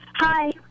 Hi